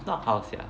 if not how sia